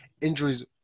injuries